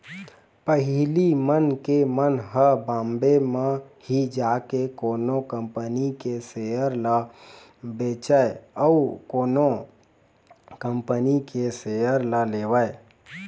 पहिली मनखे मन ह बॉम्बे म ही जाके कोनो कंपनी के सेयर ल बेचय अउ कोनो कंपनी के सेयर ल लेवय